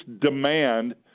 demand